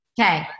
Okay